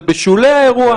זה בשולי האירוע?